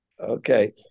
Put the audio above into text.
Okay